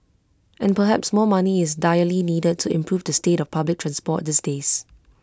and perhaps more money is direly needed to improve the state of public transport these days